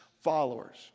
followers